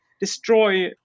destroy